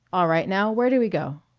all right, now, where do we go?